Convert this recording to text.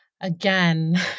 again